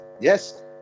Yes